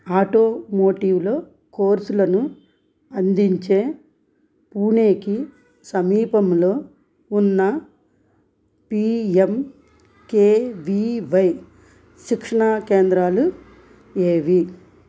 ఆటోమోటివ్లో కోర్సులను అందించే పూణేకి సమీపంలో ఉన్న P M K V Y శిక్షణా కేంద్రాలు ఏవి